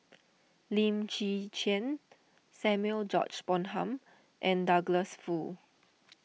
Lim Chwee Chian Samuel George Bonham and Douglas Foo